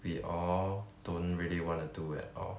we all don't really wanna do at all